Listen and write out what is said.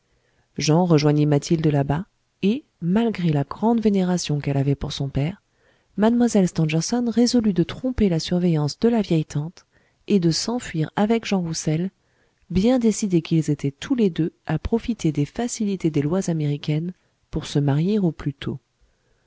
jean rejoignit mathilde là-bas et malgré la grande vénération qu'elle avait pour son père mlle stangerson résolut de tromper la surveillance de la vieille tante et de s'enfuir avec jean roussel bien décidés qu'ils étaient tous les deux à profiter des facilités des lois américaines pour se marier au plus tôt